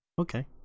Okay